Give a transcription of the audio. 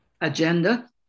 agenda